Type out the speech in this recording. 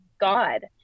God